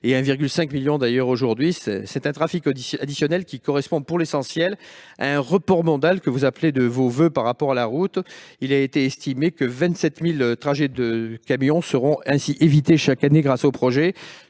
et 1,5 million de tonnes aujourd'hui. Ce trafic additionnel correspond pour l'essentiel à un report modal, que vous appelez de vos voeux, par rapport à la route. Il a été estimé que 27 000 trajets de camions seront ainsi évités chaque année. Madame